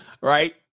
Right